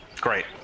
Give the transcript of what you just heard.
Great